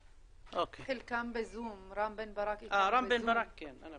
חגי מויאל ממשרד הרווחה נמצא